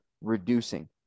reducing